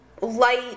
light